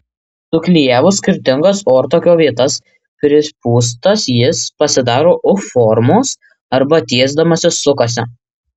suklijavus skirtingas ortakio vietas pripūstas jis pasidaro u formos arba tiesdamasis sukasi